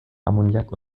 ammoniak